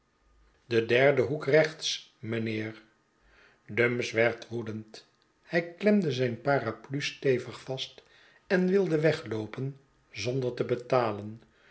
de derde hoek rechts meneer dumps werd woedend hij klemde zijn parapluie stevig vast en wilde wegloopen zonder te betalen